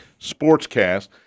sportscast